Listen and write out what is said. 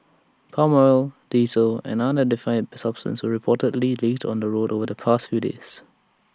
palm oil diesel and unidentified substance were reportedly leaked on the roads over the past few days